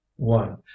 One